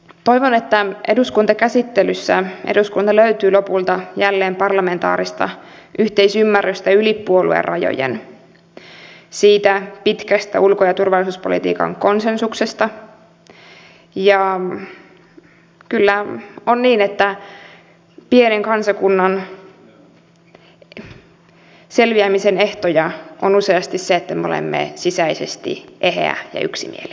toivon että eduskuntakäsittelyssä eduskunnalta löytyy lopulta jälleen parlamentaarista yhteisymmärrystä yli puoluerajojen siitä pitkästä ulko ja turvallisuuspolitiikan konsensuksesta ja kyllä on niin että pienen kansakunnan selviämisen ehtoja on useasti se että me olemme sisäisesti eheä ja yksimielinen